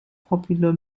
popular